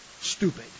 stupid